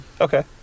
Okay